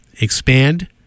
expand